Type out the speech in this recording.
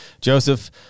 Joseph